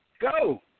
Go